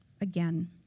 again